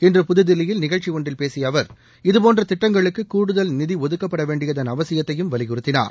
இன்று புதுதில்லியில் நிகழ்ச்சி ஒன்றில் பேசிய அவர் இதுபோன்ற திட்டங்களுக்கு கூடுதல் நிதி ஒதுக்கப்படவேண்டியதன் அவசியத்தையும் அவர் வலியுறுத்தினார்